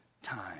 Time